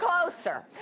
closer